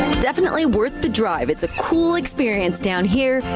definitely worth the drive. it's a cool experience down here.